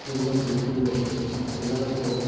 స్కూల్లో టీచర్లు పిల్లలకు